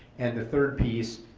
and the third piece